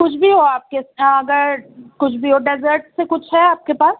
کچھ بھی ہو آپ کے اگر کچھ بھی ہو ڈیزرٹ سے کچھ ہے آپ کے پاس